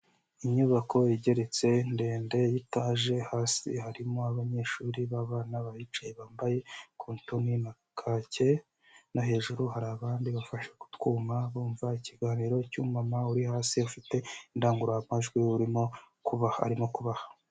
Inyubako igeretse ndende y'itaje, hasi harimo abanyeshuri b'abana bahicaye bambaye kotoni na kake, no hejuru hari abandi bafasha ku twuma bumva ikiganiro cy'umumama uri hasi ufite indangurumajwi urimo kuba arimo kubaha.